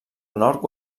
nord